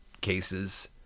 cases